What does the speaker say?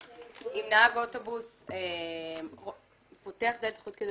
אם נהג אוטובוס פותח דלת אחורית כדי